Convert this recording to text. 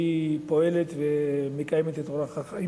שפועלת ומקיימת את אורח חייה